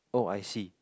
oh I see